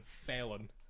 felon